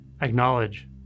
Acknowledge